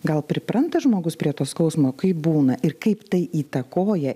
gal pripranta žmogus prie to skausmo kaip būna ir kaip tai įtakoja